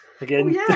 again